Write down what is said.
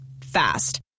fast